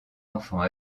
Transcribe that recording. enfants